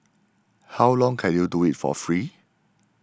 how long can you do it for free